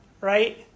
right